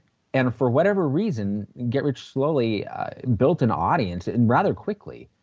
and for whatever reason get rich slowly built an audience and rather quickly.